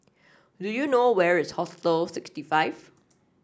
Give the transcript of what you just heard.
do you know where is Hostel sixty five